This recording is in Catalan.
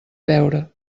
beure